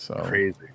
Crazy